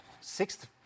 sixth